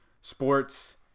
sports